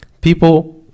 people